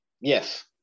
Yes